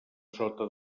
sota